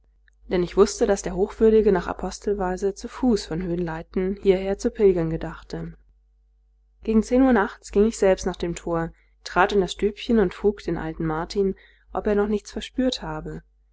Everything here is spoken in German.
denn ich wußte daß der hochwürdige nach apostelweise zu fuß von höhenleiten hieher zu pilgern gedachte gegen zehn uhr nachts ging ich selbst nach dem tor trat in das stübchen und frug den alten martin ob er noch nichts verspürt habe